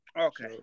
Okay